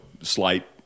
slight